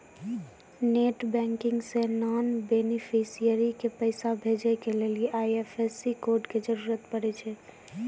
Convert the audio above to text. net banking से non beneficiary के पैसा भेजै के लेली आई.एफ.एस.सी कोड के जरूरत पड़ै छै